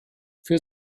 für